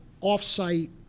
off-site